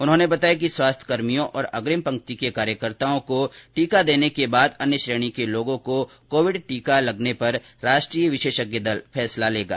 उन्होंने बताया कि स्वास्थ्यकर्मियों तथा अग्रिम पंक्ति के कार्यकर्ताओं को टीका देने के बाद अन्य श्रेणियों के लोगों को कोविड टीका लगाने पर राष्ट्रीय विशेषज्ञ दल फैसला लेगा